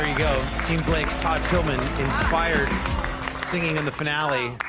go, team blake's todd tilghman inspired singing in the finale.